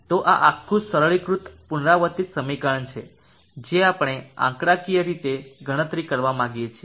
તો આ આખું સરળીકૃત પુનરાવર્તિત સમીકરણ છે જે આપણે આંકડાકીય રીતે ગણતરી કરવા માંગીએ છીએ